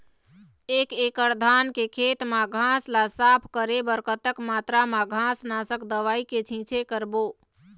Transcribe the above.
एक एकड़ धान के खेत मा घास ला साफ करे बर कतक मात्रा मा घास नासक दवई के छींचे करबो?